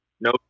no